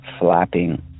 flapping